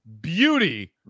beauty